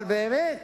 אבל באמת